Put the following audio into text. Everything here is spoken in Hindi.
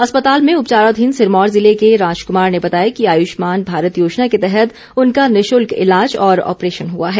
अस्पताल में उपचाराधीन सिरमौर जिले के राजकुमार ने बताया कि आयुष्मान भारत योजना के तहत उनका निशुल्क इलाज और आपरेशन हुआ है